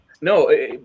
No